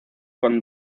con